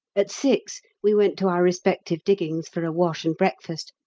at six we went to our respective diggings for a wash and breakfast,